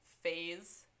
phase